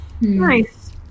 Nice